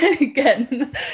again